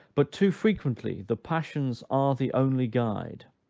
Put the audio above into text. but too frequently the passions are the only guide,